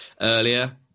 earlier